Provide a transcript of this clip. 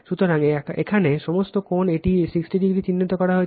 সুতরাং এখানে সমস্ত কোণ এটি 60o চিহ্নিত করা হয়েছে